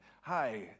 hi